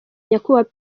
nyakubahwa